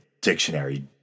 dictionary